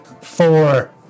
four